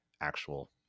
actual